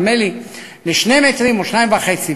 נדמה לי ל-2 מטרים או 2.5,